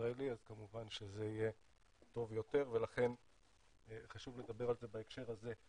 הישראלי אז כמובן שזה יהיה טוב יותר ולכן חשוב לדבר על זה בהקשר הזה.